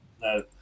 No